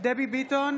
דבי ביטון,